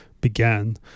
began